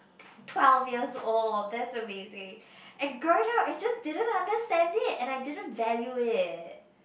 twelve years old that's amazing and growing up I just didn't understand it and I didn't value it